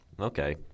Okay